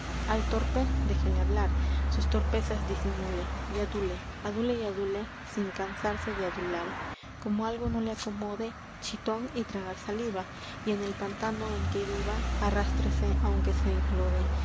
al torpe sus enoja por eso déjele hablar torpezas disimule y y adule adule cansarse adule sin de adular no como algo y le acomode chitón y en tragar saliva en que el pantano viva baje arrástrese aunque se